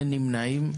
אין נמנעים.